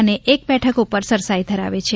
અને એક બેઠક ઉપર સરસાઈ ધરાવે છે